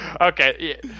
Okay